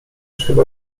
chyba